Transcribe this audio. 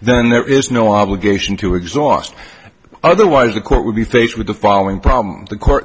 then there is no obligation to exhaust otherwise the court would be faced with the following problem the court